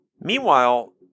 Meanwhile